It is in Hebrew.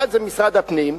אחד זה משרד הפנים,